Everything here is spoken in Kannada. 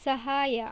ಸಹಾಯ